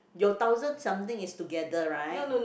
your thousand something is together right